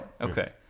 Okay